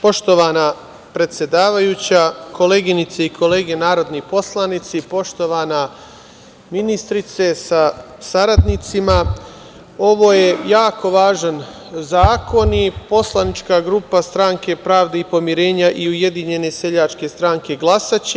Poštovana predsedavajuća, koleginice i kolege narodni poslanici, poštovana ministrice sa saradnicima, ovo je jako važan zakon i poslanička grupa Stranke pravde i pomirenja i Ujedinjene seljačke stranke glasaće.